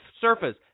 surface